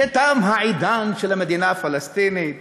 שתם העידן של המדינה הפלסטינית,